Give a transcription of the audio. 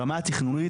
ברמה התכנונית,